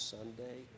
Sunday